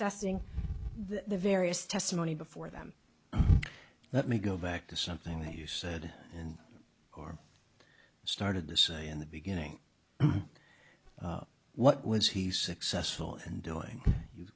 sessing the various testimony before them let me go back to something that you said and or started to say in the beginning what was he successful in doing you